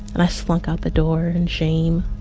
and i slunk out the door in shame